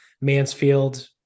Mansfield